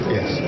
Yes